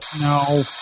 no